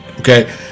Okay